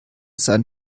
sein